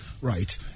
Right